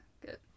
good